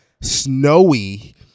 snowy